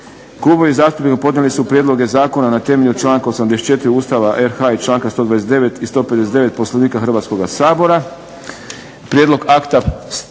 Klubovi zastupnika podnijeli su prijedloge zakona na temelju članka 84. Ustava RH i članka 129. i 159. Poslovnika Hrvatskoga sabora.